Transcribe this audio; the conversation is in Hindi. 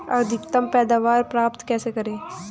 अधिकतम पैदावार प्राप्त कैसे करें?